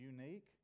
unique